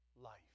life